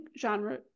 genre